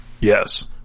Yes